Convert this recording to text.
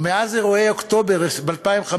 ומאז אירועי אוקטובר ב-2015,